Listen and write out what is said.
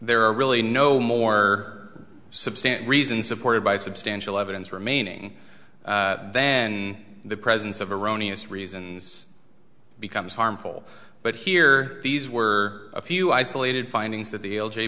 there are really no more substantial reasons supported by substantial evidence remaining then the presence of erroneous reasons becomes harmful but here these were a few isolated findings th